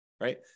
Right